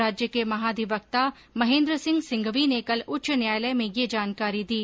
राज्य के महाधिवक्ता महेन्द्रसिंह सिंघवी ने कल उच्च न्यायालय में यह जानकारी दी